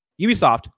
Ubisoft